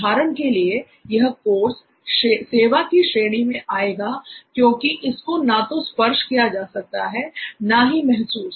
उदाहरण के लिए यह कोर्स सेवा की श्रेणी में आएगा क्योंकि इसको ना तो स्पर्श किया जा सकता है ना ही महसूस